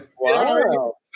Wow